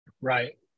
Right